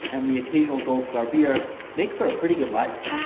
and the occasional goldstar beer make for a pretty good life.